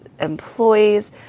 employees